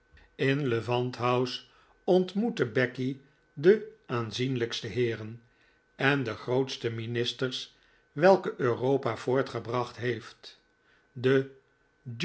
in levant house ontmoette becky de aanzienlijkste heeren en de grootste ministers welke europa voortgebracht heeft den